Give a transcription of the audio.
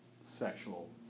sexual